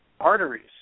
arteries